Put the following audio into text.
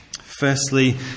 Firstly